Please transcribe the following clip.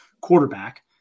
quarterback